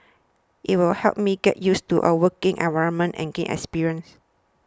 it will help me get used to a working environment and gain experience